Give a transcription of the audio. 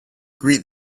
greet